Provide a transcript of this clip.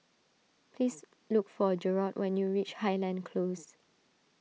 please look for Jerrod when you reach Highland Close